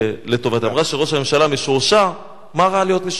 אמרה שראש הממשלה משועשע, מה רע להיות?